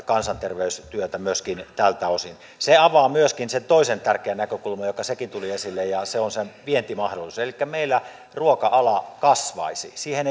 kansanterveystyötä myöskin tältä osin se avaa myöskin sen toisen tärkeän näkökulman joka sekin tuli esille ja se on se vientimahdollisuus elikkä meillä ruoka ala kasvaisi siihen